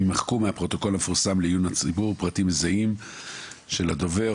יימחקו מהפרוטוקול המפורסם לעיון הציבור פרטים מזהים של הדובר